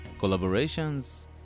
Collaborations